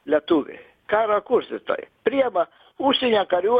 lietuviai karo kurstytojai priema užsienio karių